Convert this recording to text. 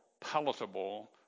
palatable